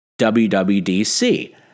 WWDC